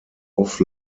off